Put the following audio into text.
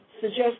suggest